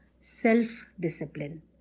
self-discipline